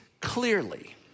clearly